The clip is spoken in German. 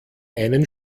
einen